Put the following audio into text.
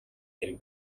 хэрэг